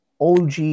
OG